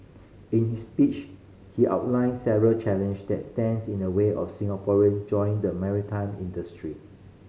in his speech he outlined several challenge that stands in the way of Singaporean joining the maritime industry